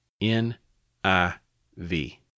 N-I-V